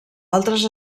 altres